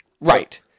Right